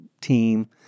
team